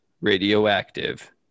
radioactive